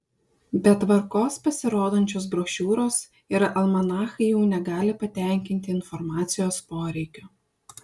be tvarkos pasirodančios brošiūros ir almanachai jau negali patenkinti informacijos poreikio